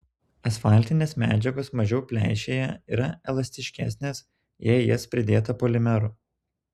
asfaltinės medžiagos mažiau pleišėja yra elastiškesnės jei į jas pridėta polimerų